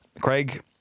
Craig